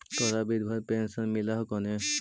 तोहरा विधवा पेन्शन मिलहको ने?